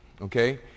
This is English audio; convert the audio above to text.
okay